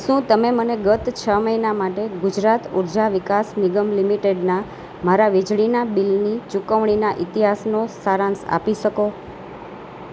શું તમે મને ગત છ મહિના માટે ગુજરાત ઊર્જા વિકાસ નિગમ લિમિટેડના મારા વીજળીના બિલની ચૂકવણીના ઈતિહાસનો સારાંશ આપી શકો